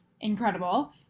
incredible